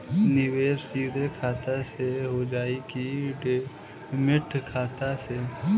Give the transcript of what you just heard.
निवेश सीधे खाता से होजाई कि डिमेट खाता से?